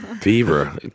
Fever